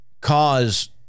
cause